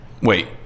Wait